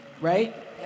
right